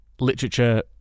Literature